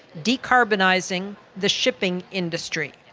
decarbonising the shipping industry,